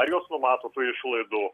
ar jos numato tų išlaidų